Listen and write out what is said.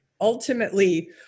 ultimately